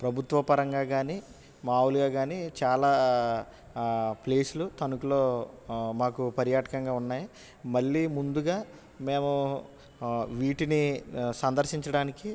ప్రభుత్వ పరంగా కాని మాములుగా కాని చాలా ప్లేసులు తణుకులో మాకు పర్యాటకంగా ఉన్నాయి మళ్ళీ ముందుగా మేము వీటిని సందర్శించడానికి